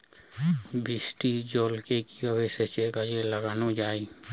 বৃষ্টির জলকে কিভাবে সেচের কাজে লাগানো য়ায়?